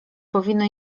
powinno